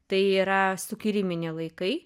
tai yra sukiliminiai laikai